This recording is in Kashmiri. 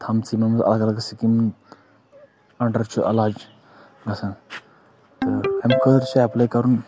تھَمژٕ یِمَن منٛز اَلگ اَلگ سِکیٖم انٛڈَر چھُ علاج گژھان تہٕ اَمہِ خٲطرٕ چھِ اٮ۪پلَے کَرُن